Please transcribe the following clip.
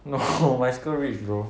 no my school rich bro